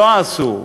לא עשו.